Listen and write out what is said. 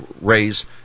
raise